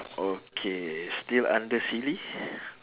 okay still under silly